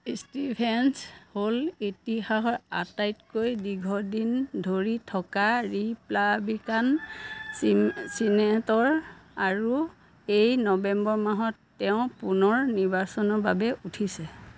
Stevens হ'ল ইতিহাসৰ আটাইতকৈ দীৰ্ঘদিন ধৰি থকা ৰিপাব্লিকান চিনেটৰ আৰু এই নৱেম্বৰ মাহত তেওঁ পুনৰ নিৰ্বাচনৰ বাবে উঠিছে